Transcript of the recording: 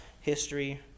history